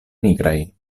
nigraj